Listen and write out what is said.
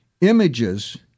images